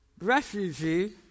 refugee